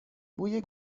بوی